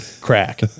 crack